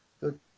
good